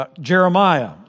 Jeremiah